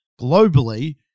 globally